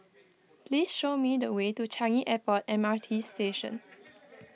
please show me the way to Changi Airport M R T Station